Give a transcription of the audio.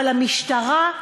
אבל המשטרה,